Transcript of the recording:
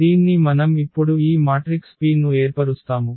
దీన్ని మనం ఇప్పుడు ఈ మాట్రిక్స్ P ను ఏర్పరుస్తాము